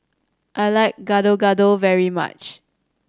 I like Gado Gado very much